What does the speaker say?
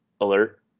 alert